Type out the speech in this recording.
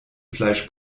fleisch